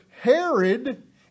Herod